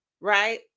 right